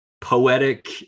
poetic